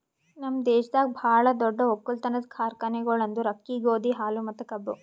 ನಮ್ ದೇಶದಾಗ್ ಭಾಳ ದೊಡ್ಡ ಒಕ್ಕಲತನದ್ ಕಾರ್ಖಾನೆಗೊಳ್ ಅಂದುರ್ ಅಕ್ಕಿ, ಗೋದಿ, ಹಾಲು ಮತ್ತ ಕಬ್ಬು